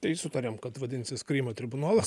tai sutariam kad vadinsis krymo tribunolas